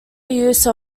use